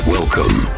Welcome